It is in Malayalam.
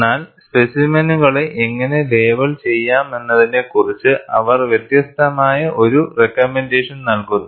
എന്നാൽ സ്പെസിമെനുകളെ എങ്ങനെ ലേബൽ ചെയ്യാമെന്നതിനെക്കുറിച്ച് അവർ വ്യത്യസ്തമായ ഒരു റേക്കമെൻറ്റേഷൻ നൽകുന്നു